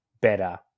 better